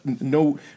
no